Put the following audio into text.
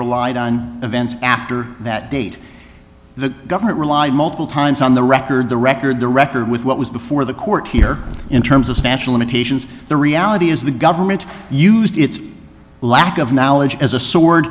relied on events after that date the government relied multiple times on the record the record the record with what was before the court here in terms of stature limitations the reality is the government used its lack of knowledge as a sword